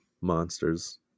monsters